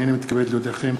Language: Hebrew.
הנני מתכבד להודיעכם,